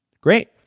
Great